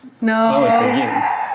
No